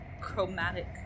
chromatic